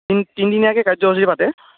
তিনিদিনীয়াকৈ কাৰ্যসূচী পাতে